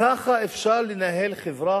ככה אפשר לנהל חברה?